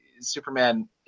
Superman